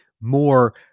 more